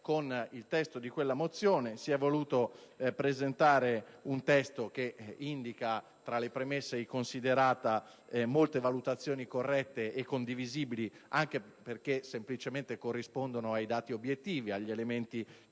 Viceversa, con quella mozione si è voluto presentare un testo che, mentre indica tra le premesse e i *considerata* molte valutazioni corrette e condivisibili, anche perché semplicemente corrispondenti ai dati obiettivi e agli elementi